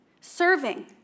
Serving